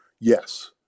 Yes